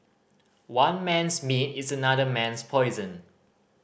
one man's meat is another man's poison